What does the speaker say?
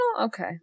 Okay